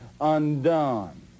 undone